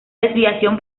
desviación